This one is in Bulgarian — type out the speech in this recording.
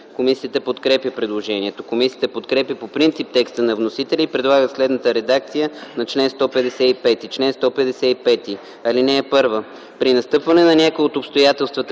Комисията подкрепя предложението. Комисията подкрепя по принцип текста на вносителя и предлага следната редакция на чл. 155: „Чл. 155. (1) При настъпване на някое от обстоятелствата